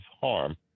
harm